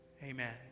Amen